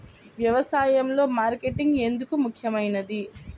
వ్యసాయంలో మార్కెటింగ్ ఎందుకు ముఖ్యమైనది?